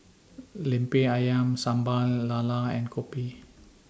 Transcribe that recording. Lemper Ayam Sambal Lala and Kopi